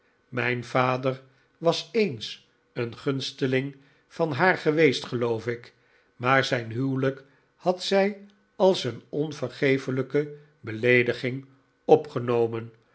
mijn vader was eens een gunsteling van haar geweest geloof ik maar zijn huwelijk had zij als een pnvergeeflijke beleediging opgenomen